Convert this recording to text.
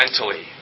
mentally